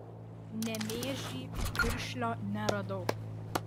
nemėžy piršlio neradau